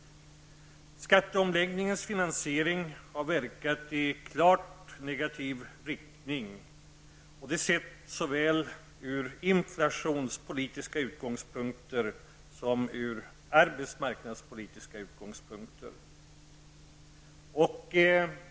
Skatteomläggningens finansiering har, såväl ur inflationspolitiska som arbetsmarknadspolitiska utgångspunkter, verkat i klart negativ riktning.